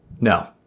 No